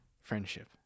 Friendship